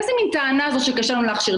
איזו מן טענה זו שקשה לנו להכשיר?